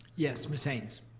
yes, ms. haynes?